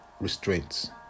restraints